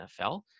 NFL